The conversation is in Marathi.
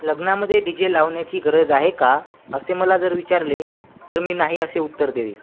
लग्नामध्ये डीजे लावण्याची गरज आहे का असे मला जर विचारले तर मी नाही असे उत्तर देईल